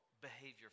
behavior